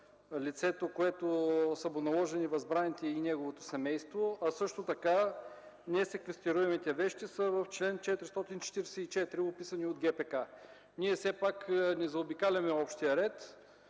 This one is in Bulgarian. лицето, което са му наложени възбраните и неговото семейство, а също така несеквестируемите вещи са в чл. 444, описани от ГПК. Ние все пак не заобикаляме общия ред.